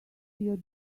your